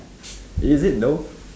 is it though